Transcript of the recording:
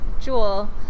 jewel